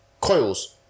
coils